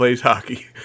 hockey